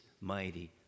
mighty